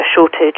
shortage